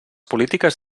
polítiques